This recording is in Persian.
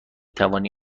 توانی